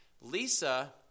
Lisa